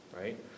right